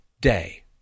day